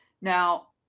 now